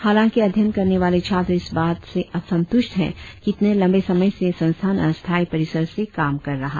हालांकि अध्ययन करने वाले छात्र इस बात से असंतुष्ट है कि इतने लंबे समय से संस्थान अस्थायी परिसर से काम कर रहा है